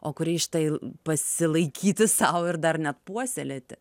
o kurį štai pasilaikyti sau ir dar net puoselėti